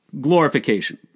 glorification